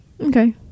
Okay